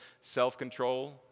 self-control